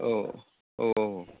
औ औ